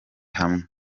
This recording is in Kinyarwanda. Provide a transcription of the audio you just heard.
hamwe